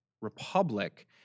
republic